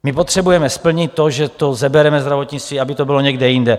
My potřebujeme splnit to, že to sebereme zdravotnictví, aby to bylo někde jinde.